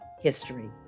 History